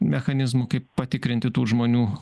mechanizmų kaip patikrinti tų žmonių